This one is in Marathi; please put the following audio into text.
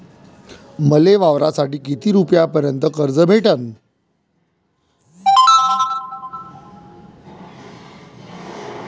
मले वावरासाठी किती रुपयापर्यंत कर्ज भेटन?